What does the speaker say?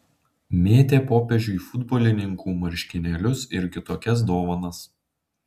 mėtė popiežiui futbolininkų marškinėlius ir kitokias dovanas